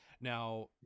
Now